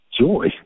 joy